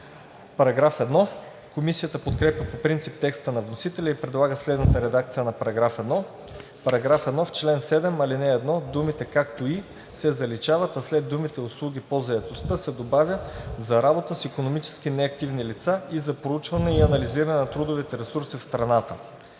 Закона. Комисията подкрепя по принцип текста на вносителя и предлага следната редакция на § 1: „§ 1. В чл. 7, ал. 1 думите „както и“ се заличават, а след думите „услуги по заетостта“ се добавя „за работа с икономически неактивни лица и за проучване и анализиране на трудовите ресурси в страната“.“